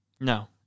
No